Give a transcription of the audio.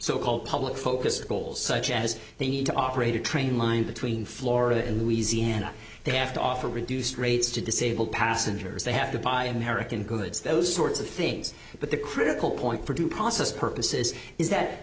so called public focus goals such as they need to operate a train line between florida and louisiana they have to offer reduced rates to disabled passengers they have to buy american goods those sorts of things but the critical point for due process purposes is that